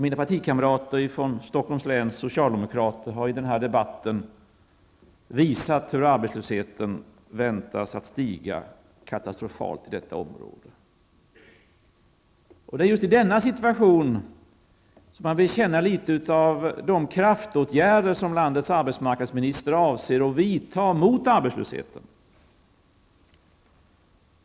Mina partikamrater från Stockholms läns socialdemokrater har i den här debatten visat hur arbetslösheten väntas stiga katastrofalt i detta område. Det är just i denna situation som man vill känna litet av de kraftåtgärder som landets arbetsmarknadsminister avser att vidta mot arbetslösheten.